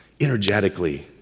energetically